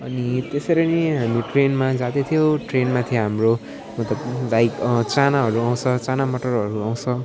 अनि त्यसरी नै हामी ट्रेनमा जाँदैथियो ट्रेनमा थियो हाम्रो मतलब लाइक चनाहरू आउँछ चना मटरहरू आउँछ